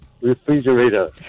Refrigerator